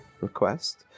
request